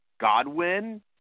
Godwin